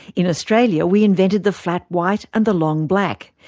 in australia, we invented the flat white and the long black.